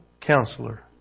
Counselor